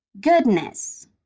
Goodness